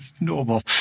normal